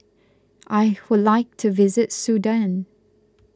I would like to visit Sudan